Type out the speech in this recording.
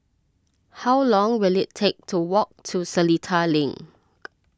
how long will it take to walk to Seletar Link